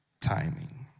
timing